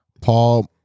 Paul